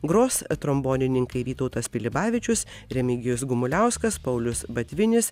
gros trombonininkai vytautas pilibavičius remigijus gumuliauskas paulius batvinis